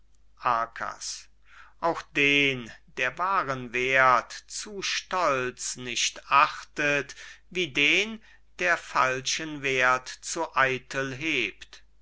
auch den der wahren werth zu stolz nicht achtet wie den der falschen werth zu eitel hebt